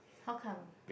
how come